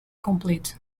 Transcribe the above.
complete